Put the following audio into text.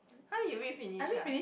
how you read finish ah